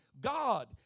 God